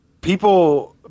People –